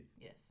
Yes